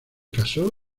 casó